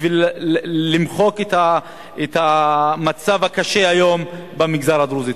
בשביל למחוק את המצב הקשה היום במגזר הדרוזי.